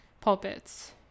Pulpits